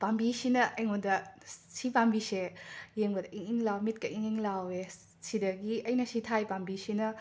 ꯄꯥꯝꯕꯤꯁꯤꯅ ꯑꯩꯉꯣꯟꯗ ꯁꯤ ꯄꯥꯝꯕꯤꯁꯦ ꯌꯦꯡꯕꯗ ꯏꯪ ꯏꯪ ꯂꯥꯎ ꯃꯤꯠꯀ ꯏꯪ ꯏꯪ ꯂꯥꯎꯋꯦ ꯏꯁ ꯁꯤꯗꯒꯤ ꯑꯩꯅ ꯁꯤ ꯊꯥꯏ ꯄꯥꯝꯕꯤꯁꯤꯅ